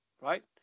right